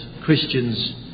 Christians